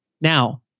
Now